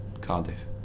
Cardiff